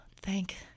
thank